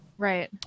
Right